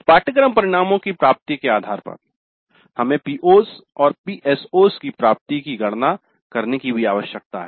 पाठ्यक्रम परिणामों की प्राप्ति के आधार पर हमें PO's और PSO's की प्राप्ति की गणना करने की भी आवश्यकता है